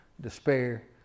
despair